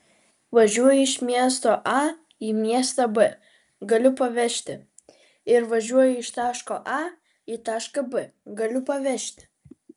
važiuoju iš miesto a į miestą b galiu pavežti ir važiuoju iš taško a į tašką b galiu pavežti